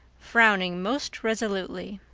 frowning most resolutely.